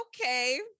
okay